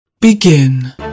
Begin